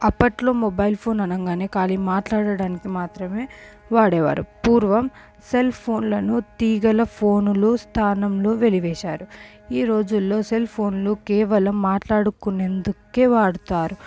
అప్పట్లో mobile phone అనగానే కాలీ మాట్లాడటానికి మాత్రమే వాడేవారు పూర్వం సెల్ ఫోన్లను తీగల ఫోనులు స్థానంలో వెలివేశారు ఈ రోజుల్లో సెల్ ఫోన్లు కేవలం మాట్లాడుకునేందుకే వాడుతారు